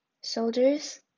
soldiers